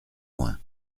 ouen